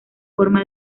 forma